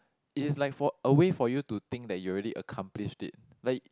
it is like for a way for you to think that you are already accomplished it like